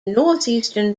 northeastern